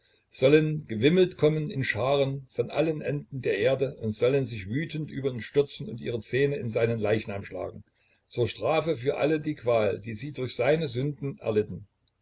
sollen gewimmelt kommen in scharen von allen enden der erde und sollen sich wütend über ihn stürzen und ihre zähne in seinen leichnam schlagen zur strafe für alle die qual die sie durch seine sünden erlitten